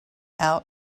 out